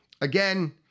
again